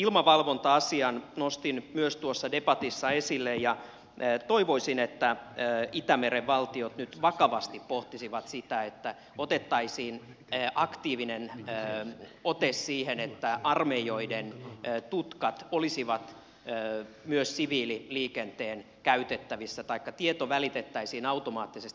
ilmavalvonta asian nostin myös tuossa debatissa esille ja toivoisin että itämeren valtiot nyt vakavasti pohtisivat sitä että otettaisiin aktiivinen ote siihen että armeijoiden tutkat olisivat myös siviililiikenteen käytettävissä taikka tieto välitettäisiin automaattisesti